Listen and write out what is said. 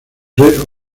red